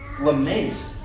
lament